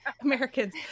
Americans